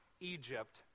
Egypt